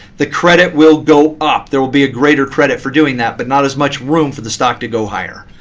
the credit will go up. there will be a greater credit for doing that, but not as much room for the stock to go higher.